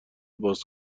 باز